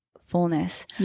fullness